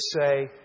say